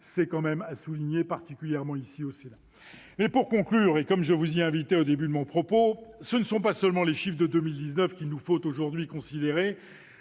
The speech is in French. Il faut le souligner, particulièrement ici, au Sénat. Pour conclure, et comme je vous y invitais au début de mon propos, ce ne sont pas seulement les chiffres de 2019 qu'il nous faut aujourd'hui considérer,